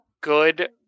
good